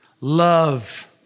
love